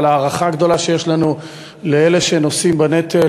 ועל ההערכה הגדולה שיש לנו לאלה שנושאים בנטל.